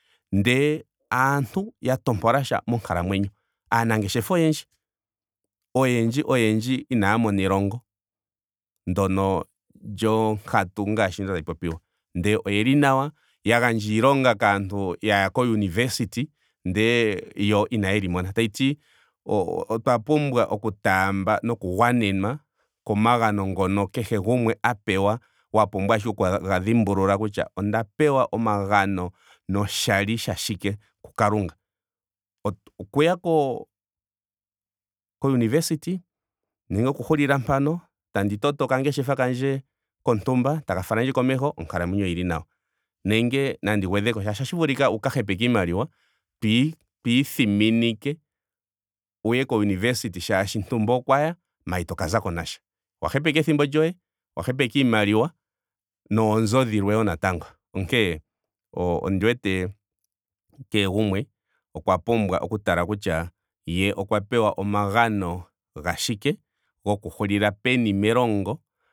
Ndele aantu ya tompolasha monkalamwenyo. Aanangeshefa oyendji. oyendji. oyendji inaya mona elongo ndyono lyonkatu ngaashi tayi popiwa. Ndele oyeli nawa. ya gandja iilonga kaantu yaya ko university ndele yo inayeli mona. Tashiti o- otwa pumbwa okutaamba noku gwanenwa komagano ngono kehe gumwe a pewa wa pumbwa shike okuga dhimbulula kutya onda pewa omagano noshali shashike ku kalunga. Okuya ko university nenge oku hulila mpano. tandi toto okangeshefa kandje kontumba. taka falandje komeho. onkalamwenyo oyili nawa. Nenge nandi gwedheko molwaashoka ohashi vulika wuka hepeke iimaliwa twi- twiithiminike wuye ko university shaashi ntumba okwa ya maara itoka zako nasha. Owa hepeka ethimbo lyoye. owa hepeka iimaliwa noonzo dhilwe wo natango. Onkene ondi wete kehe gumwe okwa pumbwa oku tala kutya ye okwa pewa omagano ga shike. goku hulila peni melongo